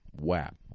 whap